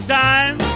time